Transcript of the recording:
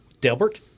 Delbert